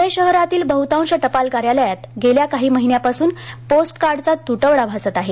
पूणे शहरातील बहुतांश टपाल कार्यालयात गेल्या काही महिन्यांपासून पोस्ट कार्डचा त्टवडा भासत आहे